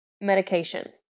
medication